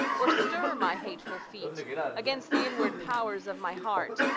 or stir my hateful feet against the inward powers of my heart,